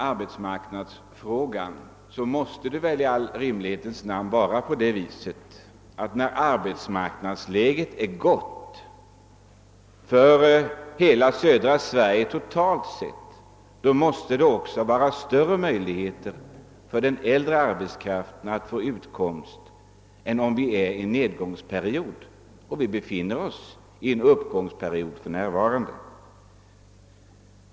Det måste väl i all rimlighets namn vara på det sättet, att när arbetsmarknadsläget är gott för hela södra Sverige totalt sett, finns det större möjligheter även för den äldre arbetskraften att få utkomst än om vi är inne i en ned gångsperiod. För närvarande befinner vi oss i en uppgångsperiod.